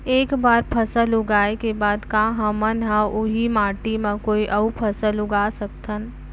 एक बार फसल उगाए के बाद का हमन ह, उही माटी मा कोई अऊ फसल उगा सकथन?